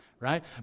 Right